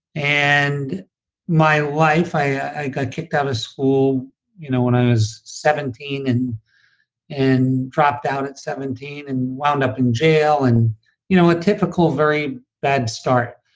and my life, i i got kicked out of school you know when i was seventeen, and dropped out at seventeen and wound up in jail, and you know, a typical very bad start.